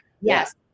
Yes